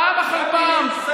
פעם אחר פעם,